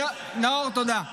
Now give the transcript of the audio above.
נאור, תודה.